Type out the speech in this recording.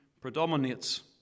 predominates